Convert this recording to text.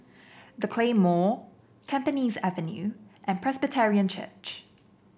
The Claymore Tampines Avenue and Presbyterian Church